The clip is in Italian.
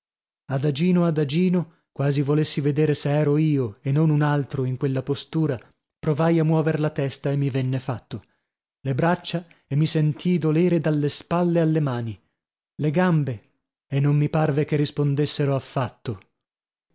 adagino adagino quasi volessi vedere se ero io e non un altro in quella postura provai a muover la testa e mi venne fatto le braccia e mi sentii dolere dalle spalle alle mani le gambe e non mi parve che rispondessero affatto